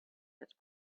had